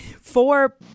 four